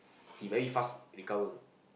he very fast recover